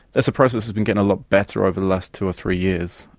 that so process has been getting a lot better over the last two or three years.